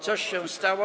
Coś się stało.